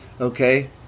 okay